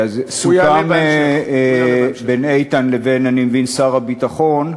סוכם בין איתן לבין שר הביטחון,